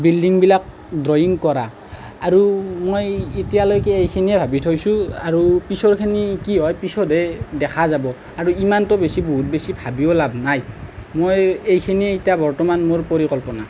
বিল্ডিংবিলাক drawing কৰা আৰু মই এতিয়ালৈকে এইখিনিয়ে ভাবি থৈছোঁ আৰু পিছৰখিনি কি হয় পিছতহে দেখা যাব আৰু ইমানতো বেছি বহুত বেছি ভাবিও লাভ নাই মই এইখিনিয়ে এতিয়া বৰ্তমান মোৰ পৰিকল্পনা